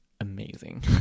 amazing